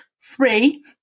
Three